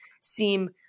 seem